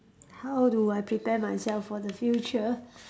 how do I prepare myself for the future